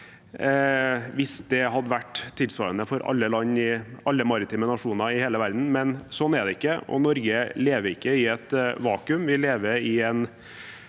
hvis det var tilsvarende for alle maritime nasjoner i hele verden, men slik er det ikke. Norge lever ikke i et vakuum. Vi lever i en